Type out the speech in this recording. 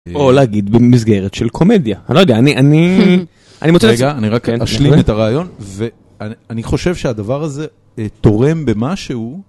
או להגיד במסגרת של קומדיה, אני לא יודע, אני, אני, אני רוצה לצ... רגע, אני רק אשלים את הרעיון ואני, אני חושב שהדבר הזה, אה, תורם במה שהוא.